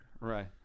right